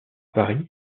paris